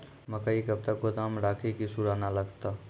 मकई कब तक गोदाम राखि की सूड़ा न लगता?